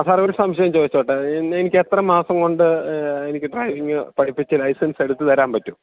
ആ സാറേ ഒരു സംശയം ചോദിച്ചോട്ടെ എനിക്ക് എത്ര മാസം കൊണ്ട് എനിക്ക് ഡ്രൈവിംഗ് പഠിപ്പിച്ച് ലൈസൻസ് എടുത്തുതരാൻ പറ്റും